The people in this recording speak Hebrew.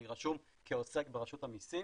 אני רשום כעוסק ברשות המסים